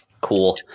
Cool